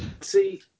See